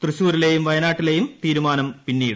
തൃശ്ശുരിലെയും വയനാട്ടിലെയും തീരുമാനം പിന്നീട്